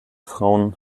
frauen